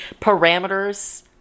Parameters